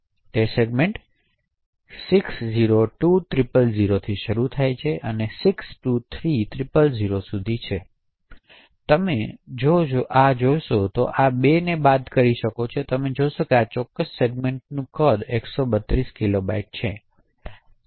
segment 602000 થી શરૂ થાય છે અને 623000 સુધી છે અને જો તમે આ 2 ને બાદ કરી શકો તો તમે જોશો કે આ ચોક્કસ સેગમેન્ટનું કદ 132 કિલોબાઇટ છે